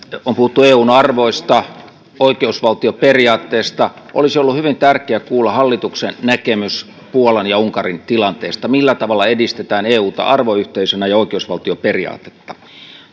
on puhuttu eun arvoista oikeusvaltioperiaatteesta olisi ollut hyvin tärkeää kuulla hallituksen näkemys puolan ja unkarin tilanteesta millä tavalla edistetään euta arvoyhteisönä ja oikeusvaltioperiaatetta